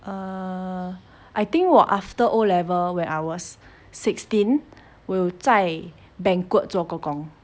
err I think 我 after O level when I was sixteen 我有在 banquet 做过工